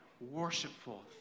worshipful